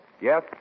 Yes